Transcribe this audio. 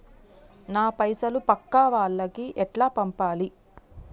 నా పైసలు పక్కా వాళ్లకి ఎట్లా పంపాలి?